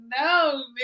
No